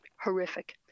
Horrific